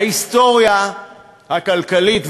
ההיסטוריה הכלכלית,